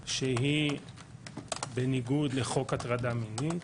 שתיאמר שהיא בניגוד לחוק הטרדה מינית,